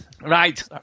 Right